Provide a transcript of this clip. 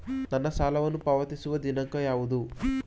ನನ್ನ ಸಾಲವನ್ನು ಪಾವತಿಸುವ ದಿನಾಂಕ ಯಾವುದು?